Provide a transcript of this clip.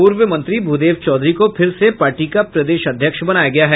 पूर्व मंत्री भूदेव चौधरी को फिर से पार्टी का प्रदेश अध्यक्ष बनाया गया है